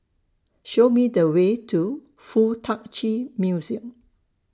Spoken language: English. Show Me The Way to Fuk Tak Chi Museum